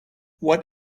what